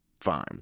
fine